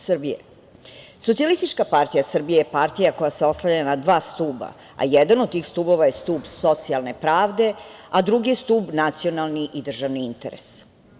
Socijalistička partija Srbije je partija koja se oslanja na dva stuba, a jedan od tih stubova je stub socijalne pravde, a drugi je stub nacionalni i državni interes.